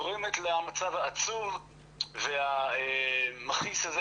גורמות למצב העצוב והמכעיס הזה,